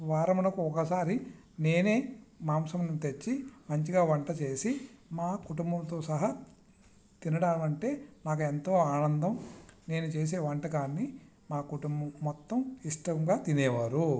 వారమునకు ఒకసారి నేనే మాంసమును తెచ్చి మంచిగా వంట చేసి మా కుటుంబంతో సహా తినటం అంటే మాకు ఎంతో ఆనందం నేను చేసే వంటకాన్ని మా కుటుంబం మొత్తం ఇష్టంగా తినేవారు